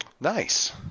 Nice